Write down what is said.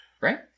Right